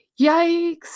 yikes